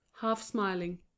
half-smiling